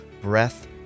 breath